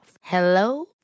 Hello